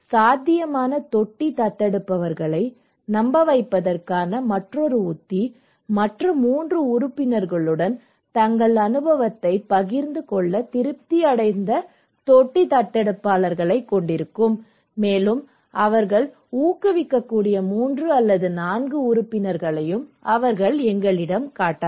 சாத்தியமான தொட்டி தத்தெடுப்பாளர்களை நம்ப வைப்பதற்கான மற்றொரு உத்தி மற்ற 3 உறுப்பினர்களுடன் தங்கள் அனுபவத்தைப் பகிர்ந்து கொள்ள திருப்தியடைந்த தொட்டி தத்தெடுப்பாளர்களைக் கொண்டிருக்கும் மேலும் அவர்கள் ஊக்குவிக்கக்கூடிய 3 அல்லது 4 உறுப்பினர்களையும் அவர்கள் எங்களிடம் கூறலாம்